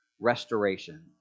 restoration